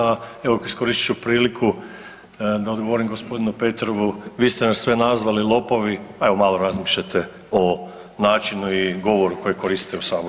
A evo iskoristit ću priliku da odgovorim gospodinu Petrovu, vi ste nas sve nazvali lopovi, a evo malo razmišljajte o načinu i govoru koji koristite u saboru.